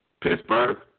Pittsburgh